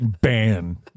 Ban